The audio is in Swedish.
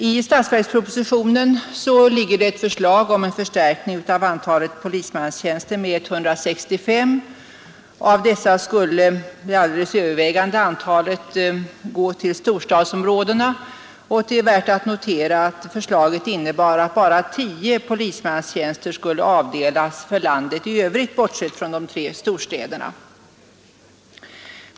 I statsverkspropositionen föreslogs förstärkning av antalet polismanstjänster med 165. Av dessa skulle det alldeles övervägande antalet gå till de tre storstadsområdena, och det är värt att notera att förslaget innebar att bara tio polismanstjänster skulle avdelas för landet i övrigt.